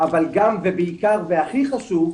אבל גם ובעיקר והכי חשוב,